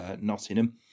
Nottingham